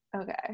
Okay